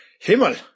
Himmel